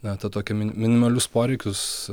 na tą tokį minimalius poreikius